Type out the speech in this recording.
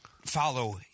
Follow